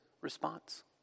response